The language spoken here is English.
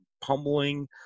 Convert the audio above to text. pummeling